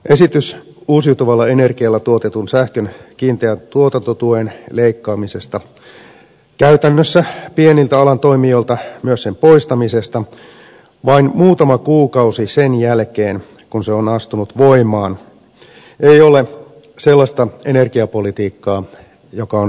esitys uusiutuvalla energialla tuotetun sähkön kiinteän tuotantotuen leikkaamisesta käytännössä pieniltä alan toimijoilta myös sen poistamisesta vain muutama kuukausi sen jälkeen kun se on astunut voimaan ei ole sellaista energiapolitiikkaa joka on suotavaa